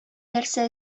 нәрсә